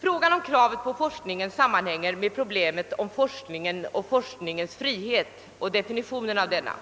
Frågan om kraven på forskningen sammanhänger med problemet om forskningens frihet och definitionen av denna.